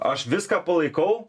aš viską palaikau